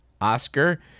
Oscar